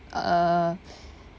uh